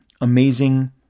amazing